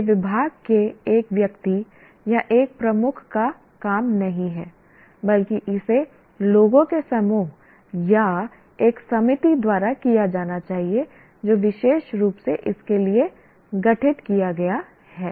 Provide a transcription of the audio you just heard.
यह विभाग के एक व्यक्ति या एक प्रमुख का काम नहीं है बल्कि इसे लोगों के समूह या एक समिति द्वारा किया जाना चाहिए जो विशेष रूप से इसके लिए गठित किया गया है